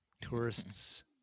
tourists